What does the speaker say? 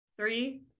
Three